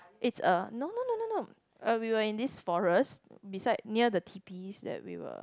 it's a no no no no no uh we were in this forest beside near the teepees that we were